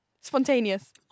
spontaneous